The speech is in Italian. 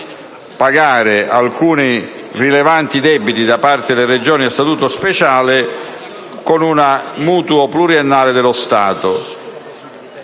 pagare alcuni rilevanti debiti da parte delle Regioni a statuto speciale con un mutuo pluriennale dello Stato.